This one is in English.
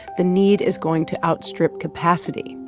the need is going to outstrip capacity,